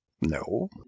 No